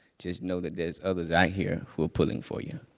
just know that there's others out here who are pulling for you.